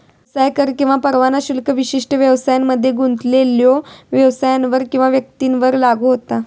व्यवसाय कर किंवा परवाना शुल्क विशिष्ट व्यवसायांमध्ये गुंतलेल्यो व्यवसायांवर किंवा व्यक्तींवर लागू होता